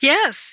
Yes